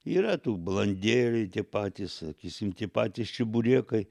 yra tų balandėliai tie patys sakysim tie patys čeburekai